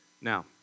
Now